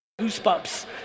goosebumps